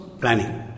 Planning